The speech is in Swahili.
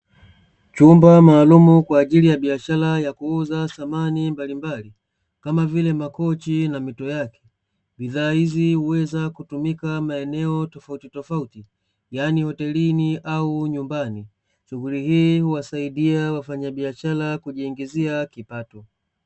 Chumba maalumu kwaajili ya biashara ya kuuza samani mbalimbali, kama vile makochi na mito yake. Bidhaa hizi huweza kutumika maeneo tofautitofauti yani hotelini au nyumbani. Shughuli hii huwasaidia wafanyabiashara kujiingizia kipato.